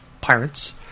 pirates